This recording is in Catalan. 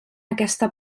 aquesta